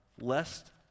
lest